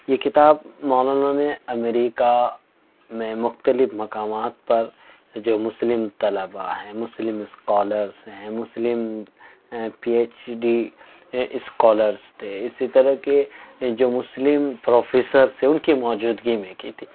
یہ کتاب مولانا نے امریکہ میں مختلف مقامات پر جو مسلم طلبا ہیں مسلم اسکالرس ہیں مسلم پی ایچ ڈی اسکالرس تھے اسی طرح کے جو مسلم پروفیسرس ہیں ان کی موجودگی میں کی تھی